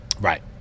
Right